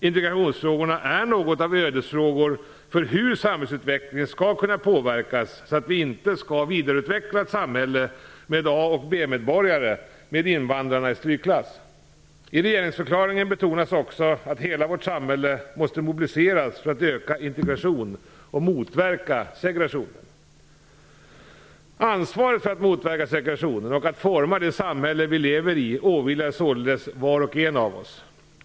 Integrationsfrågorna är något av ödesfrågor för hur samhällsutvecklingen skall kunna påverkas så att vi inte vidareutvecklar ett samhälle med A och B-medborgare med invandrarna i strykklass. I regeringsförklaringen betonas också att hela vårt samhälle måste mobiliseras för att öka integrationen och motverka segregationen. Ansvaret för att motverka segregationen och att forma det samhälle vi lever i åvilar således var och en av oss.